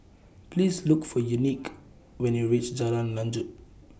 Please Look For Unique when YOU REACH Jalan Lanjut